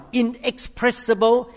inexpressible